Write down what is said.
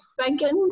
second